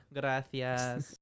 Gracias